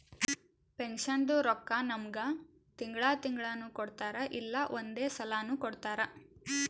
ಪೆನ್ಷನ್ದು ರೊಕ್ಕಾ ನಮ್ಮುಗ್ ತಿಂಗಳಾ ತಿಂಗಳನೂ ಕೊಡ್ತಾರ್ ಇಲ್ಲಾ ಒಂದೇ ಸಲಾನೂ ಕೊಡ್ತಾರ್